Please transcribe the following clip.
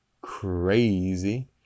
crazy